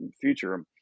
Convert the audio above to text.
future